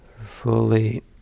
fully